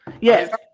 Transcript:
Yes